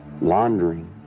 laundering